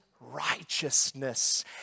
righteousness